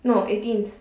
no eighteenth